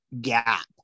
gap